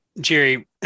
Jerry